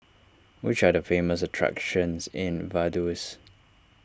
which are the famous attractions in Vaduz